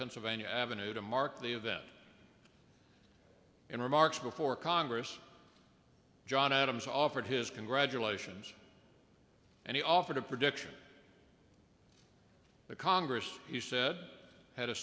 pennsylvania avenue to mark the event in remarks before congress john adams offered his congratulations and he offered a prediction the congress he said had